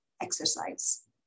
exercise